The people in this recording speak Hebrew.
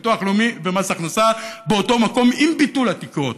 ביטוח לאומי ומס הכנסה באותו מקום עם ביטול התקרות.